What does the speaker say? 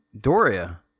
Doria